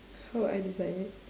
how would I design it